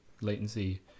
latency